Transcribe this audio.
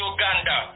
Uganda